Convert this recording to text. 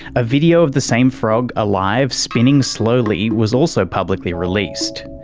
a video of the same frog, alive, spinning slowly was also publicly released.